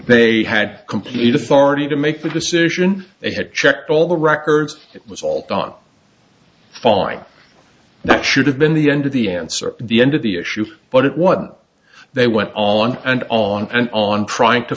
authority to make the decision they had checked all the records it was all done fine that should have been the end of the answer the end of the issue but it was they went on and on and on trying to